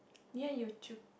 near Yio Chu~